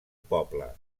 poble